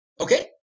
okay